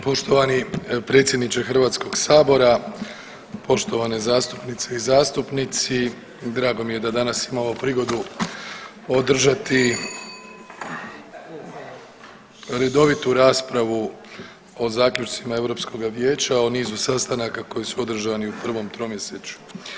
Poštovani predsjedniče Hrvatskog sabora, poštovane zastupnice i zastupnici drago mi je da danas imamo prigodu održati redovitu raspravu o zaključcima Europskoga vijeća, o nizu sastanaka koji su održani u prvom tromjesečju.